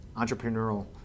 entrepreneurial